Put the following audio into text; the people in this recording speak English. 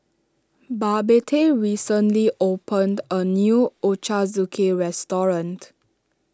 Babette recently opened a new Ochazuke restaurant